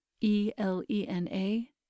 E-L-E-N-A